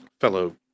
fellow